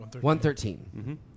One-thirteen